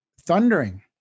thundering